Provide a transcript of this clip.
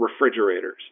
refrigerators